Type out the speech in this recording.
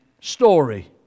story